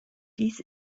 dies